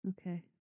Okay